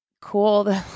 cool